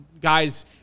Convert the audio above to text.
guys